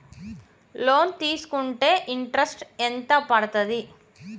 Loan తీస్కుంటే interest ఎంత పడ్తది?